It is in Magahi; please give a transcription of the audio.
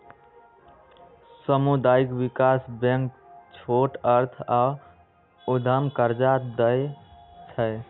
सामुदायिक विकास बैंक छोट अर्थ आऽ उद्यम कर्जा दइ छइ